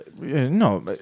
no